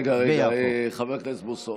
רגע, חבר הכנסת בוסו.